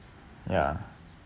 ya